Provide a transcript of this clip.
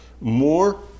more